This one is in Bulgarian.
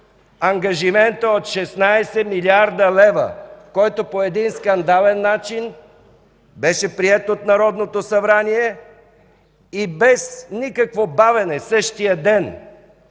ангажиментът от 16 млрд. лв., който по един скандален начин беше приет от Народното събрание и без никакво бавене – в същия ден,